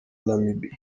namibie